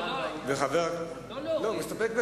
לא להוריד, מסתפקים.